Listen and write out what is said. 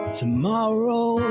tomorrow